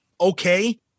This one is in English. Okay